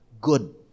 good